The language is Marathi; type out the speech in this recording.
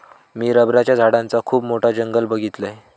मी रबराच्या झाडांचा खुप मोठा जंगल बघीतलय